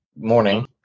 Morning